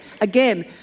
again